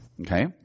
Okay